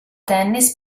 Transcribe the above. tennis